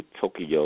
Tokyo